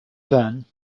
then